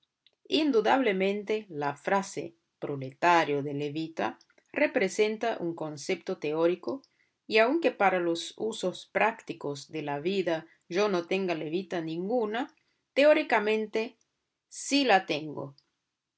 indudablemente la frase proletario de levita representa un concepto teórico y aunque para los usos prácticos de la vida yo no tenga levita ninguna teóricamente sí la tengo